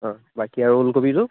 অ বাকী আৰু ওলকবিটো